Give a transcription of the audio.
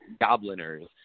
Gobliners